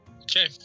Okay